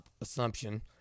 assumption